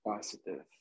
positive